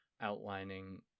outlining